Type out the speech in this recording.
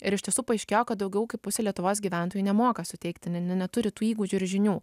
ir iš tiesų paaiškėjo kad daugiau kaip pusė lietuvos gyventojų nemoka suteikti nu neturi tų įgūdžių ir žinių